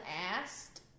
asked